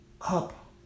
up